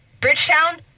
Bridgetown